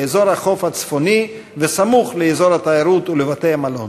באזור החוף הצפוני וסמוך לאזור התיירות ולבתי-מלון.